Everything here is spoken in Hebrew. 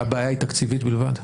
הבעיה היא תקציבית בלבד?